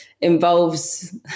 involves